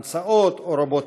המצאות או רובוטיקה.